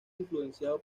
influenciado